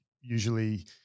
usually